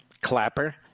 Clapper